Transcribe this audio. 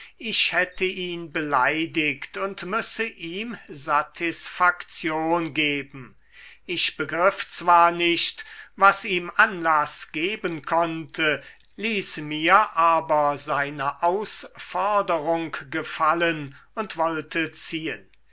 ich hätte ihn beleidigt und müsse ihm satisfaktion geben ich begriff zwar nicht was ihm anlaß geben konnte ließ mir aber seine ausforderung gefallen und wollte ziehen